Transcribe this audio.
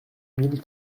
mille